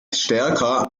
stärker